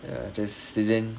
ya just